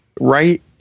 right